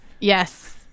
Yes